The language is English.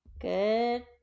good